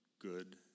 good